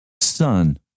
son